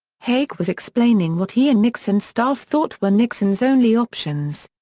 haig was explaining what he and nixon's staff thought were nixon's only options.